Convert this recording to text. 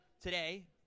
today